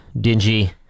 dingy